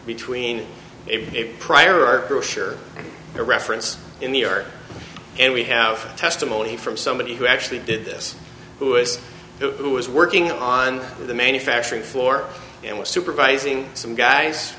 between a prior art brochure a reference in new york and we have testimony from somebody who actually did this who is who was working on the manufacturing floor and was supervising some guys